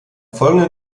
folgenden